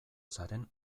zaren